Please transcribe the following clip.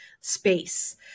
space